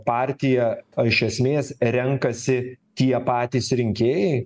partiją iš esmės renkasi tie patys rinkėjai